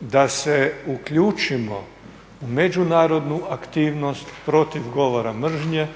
da se uključimo u međunarodnu aktivnost protiv govora mržnje,